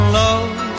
love